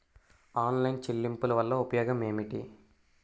Online చెల్లింపుల వల్ల ఉపయోగమేమిటీ?